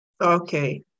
okay